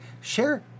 share